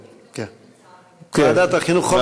ועדת החינוך.